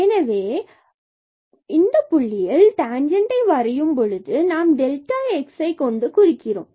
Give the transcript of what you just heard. எனவே புள்ளியில் டான்ஜன்டை வரையும் பொழுது இதனை நாம் x ஐ கொண்டு குறிக்கிறோம்